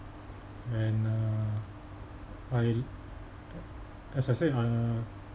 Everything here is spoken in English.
and uh I as I said uh